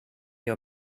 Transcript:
your